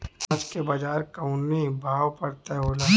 अनाज क बाजार भाव कवने आधार पर तय होला?